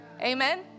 Amen